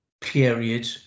period